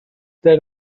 that